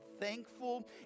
thankful